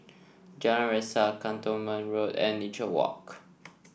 Jalan Resak Cantonment Road and Nature Walk